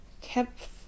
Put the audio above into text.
kept